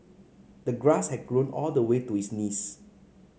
the grass had grown all the way to his knees